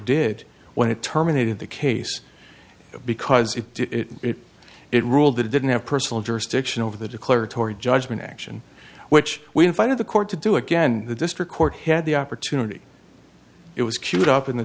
did when it terminated the case because it did it it ruled that didn't have personal jurisdiction over the declaratory judgment action which we invited the court to do again the district court had the opportunity it was cute up in the